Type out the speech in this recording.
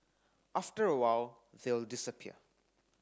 after a while they'll disappear